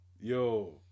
Yo